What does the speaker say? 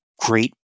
great